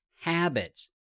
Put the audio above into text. habits